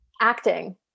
acting